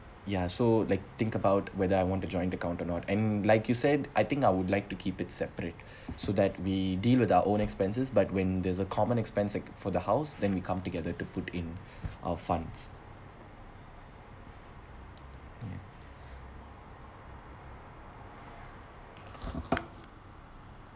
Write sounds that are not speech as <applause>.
ya so like think about whether I want to join account or not and like you said I think I would like to keep it separate <breath> so that we deal with our own expenses but when there's a common expensive for the house then we come together to put in <breath> our funds mm